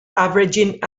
averaging